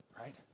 right